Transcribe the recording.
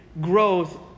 growth